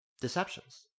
deceptions